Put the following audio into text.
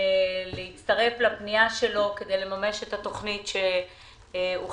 להצטרף לפנייה שלו כדי לממש את התוכנית שהוחלט